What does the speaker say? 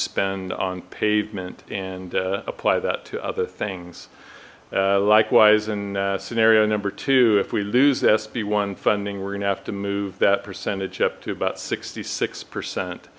spend on pavement and apply that to other things likewise in scenario number two if we lose sb one funding we're gonna have to move that percentage up to about sixty six percent